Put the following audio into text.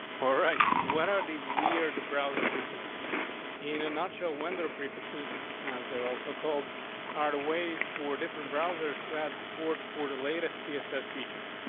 all right, what are these weird browser prefixes in a natural wonder prefixes. as they're also called arte ways for different browsers to add support for the latest css features,